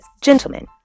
Gentlemen